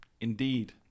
Indeed